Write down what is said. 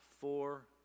four